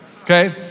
okay